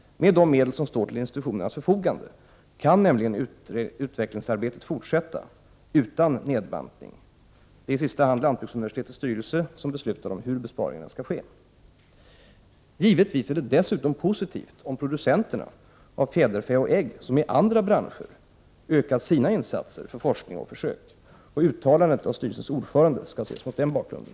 Med de medel som står till institutionernas förfogande kan nämligen utvecklingsarbetet fortsätta utan nedbantning. Det är i sista hand lantbruksuniversitetets styrelse som beslutar om hur besparingarna skall ske. Givetvis är det dessutom positivt om producenterna av fjäderfä och ägg, som i andra branscher, ökar sina insatser för forskning och försök. Uttalandet av styrelsens ordförande skall ses mot den bakgrunden.